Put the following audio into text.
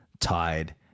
tied